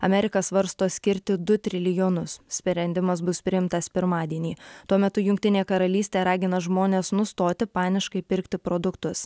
amerika svarsto skirti du trilijonus sprendimas bus priimtas pirmadienį tuo metu jungtinė karalystė ragina žmones nustoti paniškai pirkti produktus